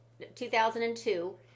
2002